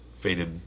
faded